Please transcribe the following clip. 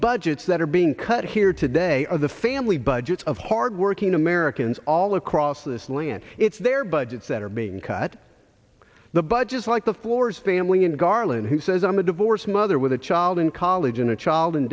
budgets that are being cut here today are the family budgets of hardworking americans all across this land it's their budgets that are being cut the budgets like the floors family and garland who says i'm a divorced mother with a wild in college and a child in